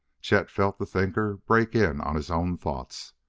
chet felt the thinker break in on his own thoughts.